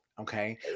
okay